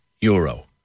euro